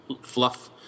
fluff